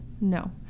no